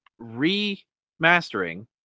remastering